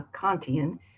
Kantian